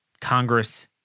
Congress